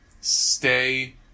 stay